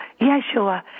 Yeshua